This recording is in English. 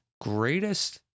greatest